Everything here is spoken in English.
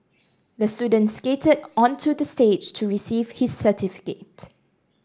the student skated onto the stage to receive his certificate